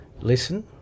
listen